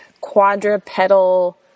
quadrupedal